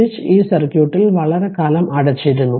switch ഈ സർക്യൂട്ടിൽ വളരെക്കാലം അടച്ചിരുന്നു